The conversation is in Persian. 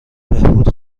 بهبود